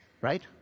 Right